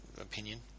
opinion